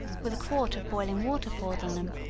with a quart of boiling water poured on them,